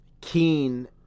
keen